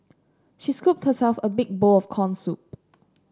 she scooped herself a big bowl of corn soup